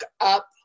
up